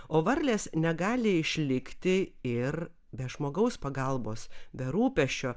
o varlės negali išlikti ir be žmogaus pagalbos be rūpesčio